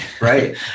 right